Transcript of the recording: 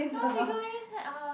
now figurines ah